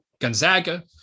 gonzaga